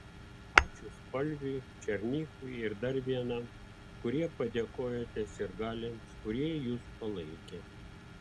ačiū spalviui černychui ir dar vienam kurie padėkojote sirgaliams kurie jus palaikė